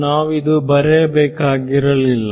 ನಾವು ಇದು ಬರೆಯ ಬೇಕಾಗಿರಲಿಲ್ಲ